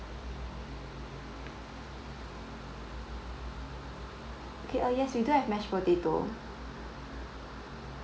K uh yes we do have mash potato